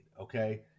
okay